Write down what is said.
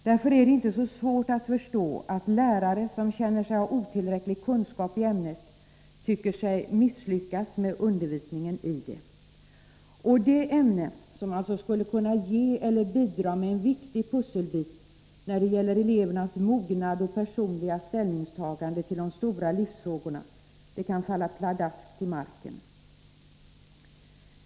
Därför är det inte så svårt att förstå att lärare som känner sig ha otillräcklig kunskap i ämnet tycker sig misslyckas med undervisningen i det. Det ämne som skulle kunna bidra med en viktig pusselbit när det gäller elevernas mognad och personliga ställningstagande till de stora livsfrågorna kan alltså falla pladask till marken.